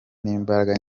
n’imbaraga